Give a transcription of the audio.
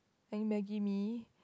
I eat maggie-mee